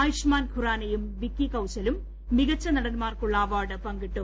ആയുഷ്മാൻ ഖുറാനയും വിക്കി കൌശലും മികച്ച നടന്മാർക്കുള്ള അവാർഡ് പങ്കിട്ടു